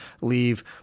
leave